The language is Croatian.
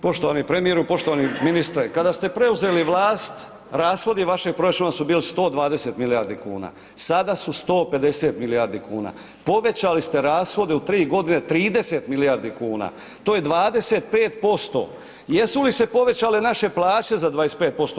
Poštovani premijeru, poštovani ministre, kada ste preuzeli vlast rashodi vašeg proračuna su bili 120 milijardi kuna, sada su 150 milijardi kuna, povećali ste rashode u 3.g. 30 milijardi kuna, to je 25%, jesu li se povećale naše plaće za 25%